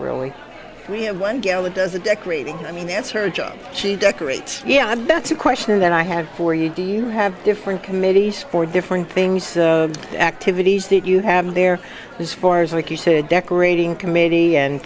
really we have one gala does the decorating i mean that's her job she decorates yeah that's a question that i have for you do you have different committees for different things the activities that you have there is four hours like you said decorating committee and